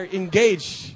engaged